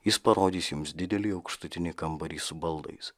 jis parodys jums didelį aukštutinį kambarį su baldais